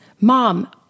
Mom